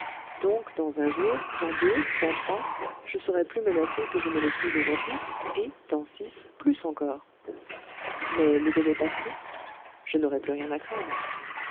donc dans un jour dans deux dans trois je serai plus menacé que je ne le suis aujourd'hui et dans six plus encore mais le délai passé je n'aurai plus rien à craindre